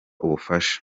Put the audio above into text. ubufasha